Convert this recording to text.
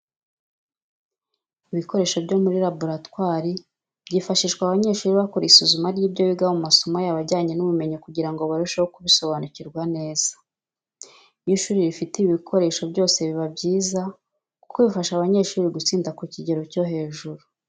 Ibikoresho byo muri laboratwari byifashishwa abanyeshuri bakora isuzuma ry'ibyo biga mu masomo yabo ajyanye n'ubumenyi kugira ngo barusheho kubisobanukirwa neza. Iyo ishuri rifite ibi bikoresho byose biba byiza kuko bifasha abanyeshuri gutsinda ku kigero cyo hejuru.